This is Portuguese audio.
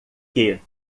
que